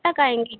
तक आएंगे